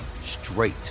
straight